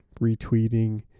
retweeting